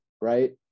right